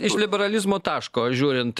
iš liberalizmo taško žiūrint